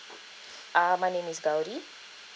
um my name is the gauri